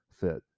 fit